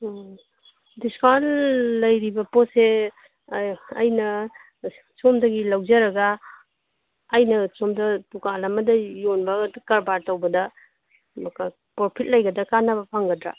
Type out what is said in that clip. ꯑꯥ discount ꯂꯩꯔꯤꯕ ꯄꯣꯠꯁꯦ ꯑꯩꯅ ꯁꯣꯝꯗꯒꯤ ꯂꯧꯖꯔꯒ ꯑꯩꯅ ꯁꯣꯝꯗ ꯗꯨꯀꯥꯟ ꯑꯃꯗ ꯌꯣꯟꯕ ꯀꯥꯔꯕꯥꯔ ꯇꯧꯕꯗ ꯄ꯭ꯔꯣꯐꯤꯠ ꯂꯩꯒꯗ꯭ꯔꯥ ꯀꯥꯟꯅꯕ ꯐꯪꯒꯗ꯭ꯔꯥ